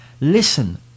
listen